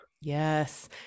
Yes